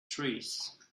trees